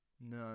No